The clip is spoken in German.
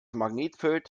magnetfeld